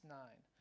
nine